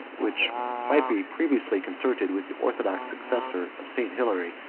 which might be previously concerted with the orthodox successor of st. hilary,